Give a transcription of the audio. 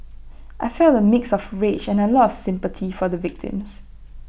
I felt A mix of rage and A lot of sympathy for the victims